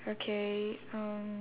okay um